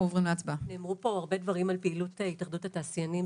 נאמרו פה הרבה דברים על פעילות התאחדות התעשיינים,